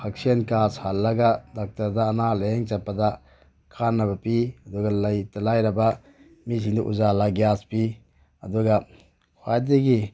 ꯍꯛꯁꯦꯜ ꯀꯥꯔꯗ ꯁꯥꯍꯜꯂꯒ ꯗꯥꯛꯇꯔꯗ ꯑꯅꯥ ꯂꯥꯏꯌꯦꯡ ꯆꯠꯄꯗ ꯀꯥꯟꯅꯕ ꯄꯤ ꯑꯗꯨꯒ ꯂꯩꯇ ꯂꯥꯏꯔꯕ ꯃꯤꯁꯤꯡꯗ ꯎꯖꯥꯂꯥ ꯒ꯭ꯌꯥꯁ ꯄꯤ ꯑꯗꯨꯒ ꯈ꯭ꯋꯥꯏꯗꯒꯤ